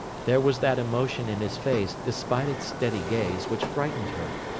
there was that emotion in his face, despite its steady gaze, which frightened her.